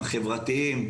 החברתיים,